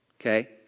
okay